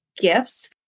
gifts